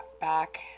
back